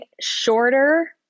shorter